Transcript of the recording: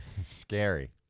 Scary